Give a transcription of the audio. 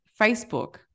Facebook